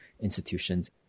institutions